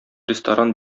ресторан